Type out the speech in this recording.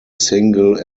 single